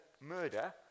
murder